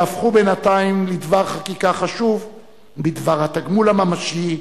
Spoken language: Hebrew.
שהפכו בינתיים לדבר חקיקה חשוב בדבר התגמול הממשי,